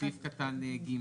סעיף קטן (ג).